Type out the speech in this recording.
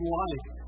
life